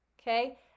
okay